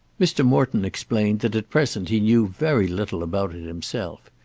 mr. morton explained that at present he knew very little about it himself,